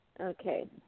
Okay